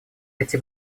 эти